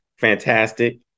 fantastic